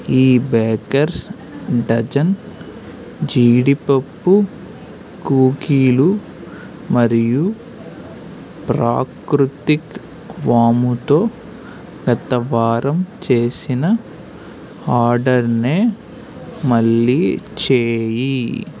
ఈ baker's dozen జీడిపప్పు కుక్కీలు మరియు ప్రాకృతిక్ వాముతో గత వారం చేసిన ఆర్డర్నే మళ్ళీ చెయ్యి